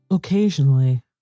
Occasionally